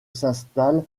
s’installe